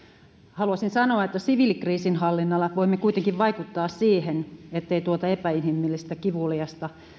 haluaisin sanoa että siviilikriisinhallinnalla voimme kuitenkin vaikuttaa siihen ettei tuota epäinhimillistä kivuliasta